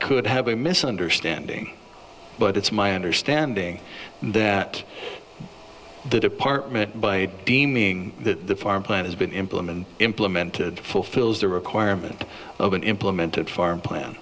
could have a misunderstanding but it's my understanding that the department by deeming that the farm plan has been implemented implemented fulfills the requirement of been implemented farm plan